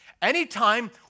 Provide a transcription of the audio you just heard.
Anytime